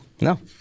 No